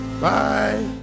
Bye